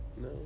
No